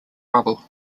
rubble